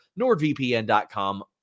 NordVPN.com